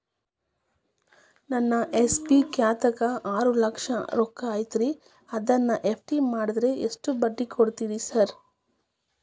ನನ್ನ ಎಸ್.ಬಿ ಖಾತ್ಯಾಗ ಆರು ಲಕ್ಷ ರೊಕ್ಕ ಐತ್ರಿ ಅದನ್ನ ಎಫ್.ಡಿ ಮಾಡಿದ್ರ ಎಷ್ಟ ಬಡ್ಡಿ ಕೊಡ್ತೇರಿ ಸರ್?